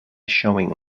showing